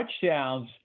touchdowns